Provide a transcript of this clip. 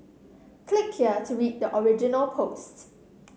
click here to read the original posts